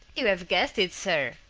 you have guessed it, sir,